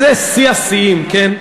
וזה שיא השיאים, כן,